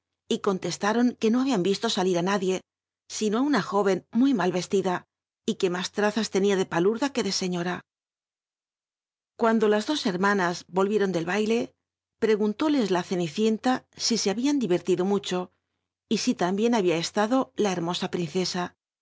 y conleslaron que no habían yislo salir á nadie sino á una jól'en muy mal icslida y t ue más trazas tenia de palurda que de seliom cuando las dos hermanas roll icron del baila prcgunlólcs la ccuicicula si se habían dil crlido mucho y si tamhiun había estado la hermosa princesa